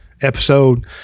episode